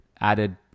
added